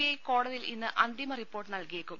I കോടതി യിൽ ഇന്ന് അന്തിമ റിപ്പോർട്ട് നൽകിയേക്കും